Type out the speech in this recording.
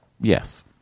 yes